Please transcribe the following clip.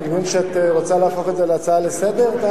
אני מבין שאת רוצה להפוך את זה להצעה לסדר-היום?